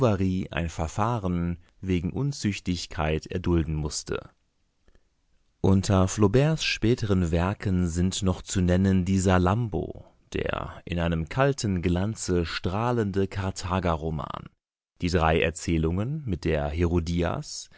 ein verfahren wegen unzüchtigkeit erdulden mußte unter flauberts späteren werken sind noch zu nennen die salambo der in einem kalten glanze strahlende karthagerroman die drei erzählungen mit der